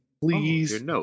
Please